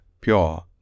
pure